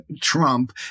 Trump